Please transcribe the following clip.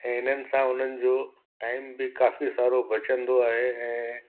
ऐं हिननि सां उन्हनि जो टाइम बि काफ़ी सारो बचंदो आहे ऐं